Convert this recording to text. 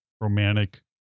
romantic